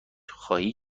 خواهی